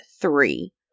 three